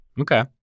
Okay